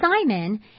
Simon